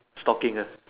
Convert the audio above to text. stalking uh